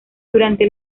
durante